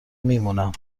میمونم